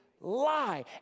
lie